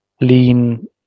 lean